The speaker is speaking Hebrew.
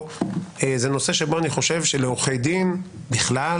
זה נושא שבו אני חושב שלעורכי דין בכלל,